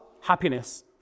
happiness